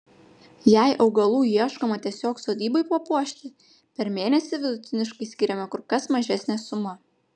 jei augalų ieškoma tiesiog sodybai papuošti per mėnesį vidutiniškai skiriama kur kas mažesnė suma